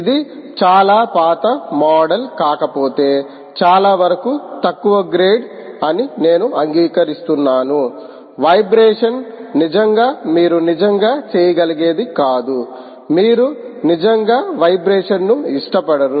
ఇది చాలా పాత మోడల్ కాకపోతే చాలావరకు తక్కువ గ్రేడ్ అని నేను అంగీకరిస్తున్నాను వైబ్రేషన్ నిజంగా మీరు నిజంగా చేయగలిగేది కాదు మీరు నిజంగా వైబ్రేషన్ను ఇష్టపడరు